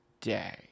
day